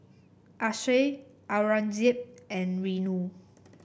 Akshay Aurangzeb and Renu